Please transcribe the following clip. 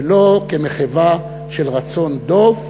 ולא כמחווה של רצון טוב,